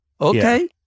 Okay